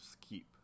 Keep